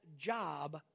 job